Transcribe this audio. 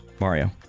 Mario